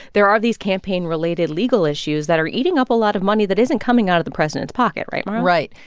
there are these campaign-related legal issues that are eating up a lot of money that isn't coming out of the president's pocket, right, mara? right.